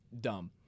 Dumb